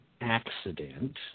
accident